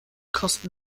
kosten